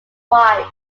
twice